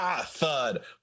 thud